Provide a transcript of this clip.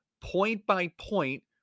point-by-point